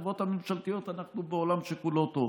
החברות הממשלתיות אנחנו בעולם שכולו טוב.